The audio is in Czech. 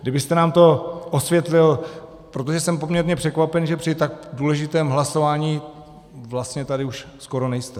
Kdybyste nám to osvětlil, protože jsem poměrně překvapen, že při tak důležitém hlasování vlastně tady už skoro nejste.